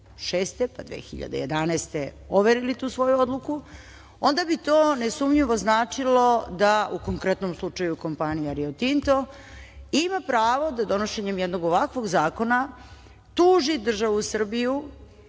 pa 2011. godine overili tu svoju odluku, onda bi to nesumnjivo značilo da u konkretnom slučaju kompanija Rio Tinto ima pravo da donošenjem jednog ovakvog zakona tuži državu Srbiju